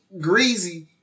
greasy